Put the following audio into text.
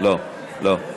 לא, לא,